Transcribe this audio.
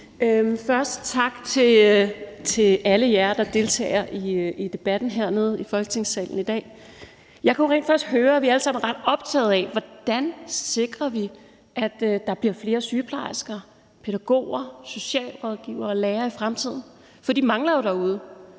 Først tak til alle jer, der deltager i debatten hernede i Folketingssalen i dag. Jeg kunne rent faktisk høre, at vi alle sammen er ret optagede af, hvordan vi sikrer, at der bliver flere sygeplejersker, pædagoger, socialrådgivere og lærere i fremtiden. For de mangler jo derude.